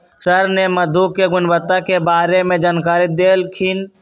sir ने मधु के गुणवत्ता के बारे में जानकारी देल खिन